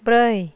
ब्रै